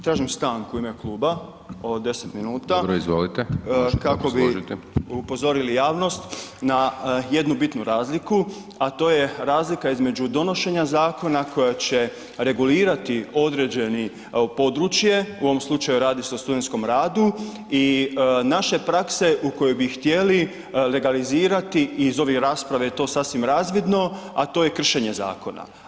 Tražim stanku u ime kluba od 10 minuta kako bi upozorili javnost na jednu bitnu razliku, a to je razlika između donošenja zakona koja će regulirati određeni područje, u ovom slučaju radi se o studentskom radu i naše prakse u kojoj bi htjeli legalizirati, iz ove rasprave je to sasvim razvidno, a to je kršenje zakona.